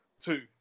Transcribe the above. two